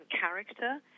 character